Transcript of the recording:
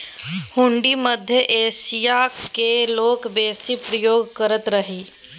हुंडी मध्य एशियाक लोक बेसी प्रयोग करैत रहय